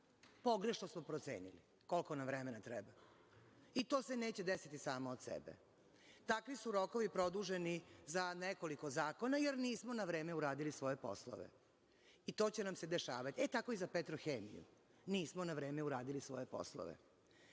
Pogrešno smo procenili koliko nam vremena treba. I, to se neće desiti samo od sebe. Takvi su rokovi produženi za nekoliko zakona, jer nismo na vreme uradili svoje poslove. I, to će nam se dešavati. E, tako i za Petrohemiju, nismo na vreme uradili svoje